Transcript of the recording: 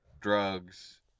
drugs